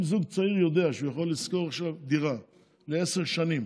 אם זוג צעיר יודע שהוא יכול לשכור עכשיו דירה לעשר שנים